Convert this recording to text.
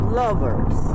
lovers